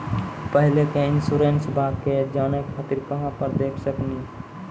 पहले के इंश्योरेंसबा के जाने खातिर कहां पर देख सकनी?